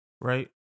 right